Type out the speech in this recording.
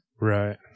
Right